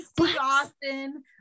Austin